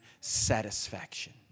satisfaction